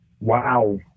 wow